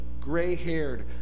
gray-haired